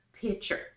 picture